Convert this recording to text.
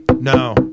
No